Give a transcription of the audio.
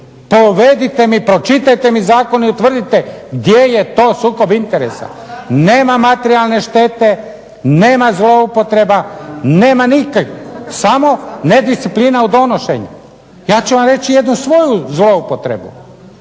povedite mi, pročitajte mi zakon i utvrdite gdje je to sukob interesa. Nema materijalne štete, nema zloupotreba, nema .../Govornik se ne razumije./... samo nedisciplina u donošenju. Ja ću vam reći jednu svoju zloupotrebu.